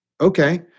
Okay